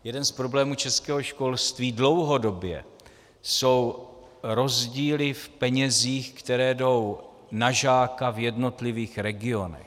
Jeden z problémů českého školství dlouhodobě jsou rozdíly v penězích, které jdou na žáka v jednotlivých regionech.